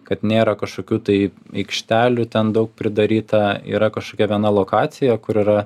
kad nėra kažkokių tai aikštelių ten daug pridaryta yra kažkokia viena lokacija kur yra